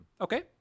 Okay